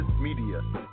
Media